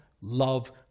love